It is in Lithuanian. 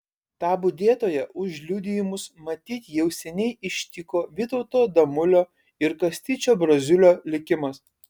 tą budėtoją už liudijimus matyt jau seniai ištiko vytauto damulio ir kastyčio braziulio likimas